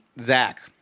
Zach